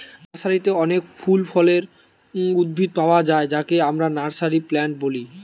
নার্সারিতে অনেক ফল ফুলের উদ্ভিদ পায়া যায় যাকে আমরা নার্সারি প্লান্ট বলি